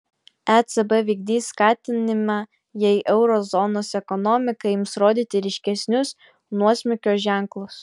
ecb vykdys skatinimą jei euro zonos ekonomika ims rodyti ryškesnius nuosmukio ženklus